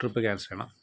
trip cancel ചെയ്യണം